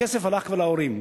הכסף הלך כבר להורים.